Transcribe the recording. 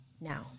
Now